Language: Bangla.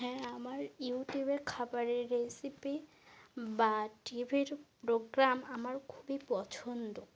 হ্যাঁ আমার ইউটিউবের খাবারের রেসিপি বা টিভির প্রোগ্রাম আমার খুবই পছন্দ